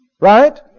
Right